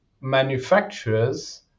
manufacturers